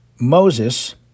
Moses